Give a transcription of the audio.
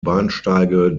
bahnsteige